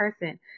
person